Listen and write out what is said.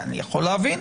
אני יכול להבין,